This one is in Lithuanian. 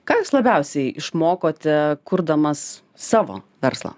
ką jūs labiausiai išmokote kurdamas savo verslą